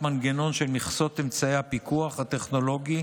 מנגנון של מכסות אמצעי הפיקוח הטכנולוגי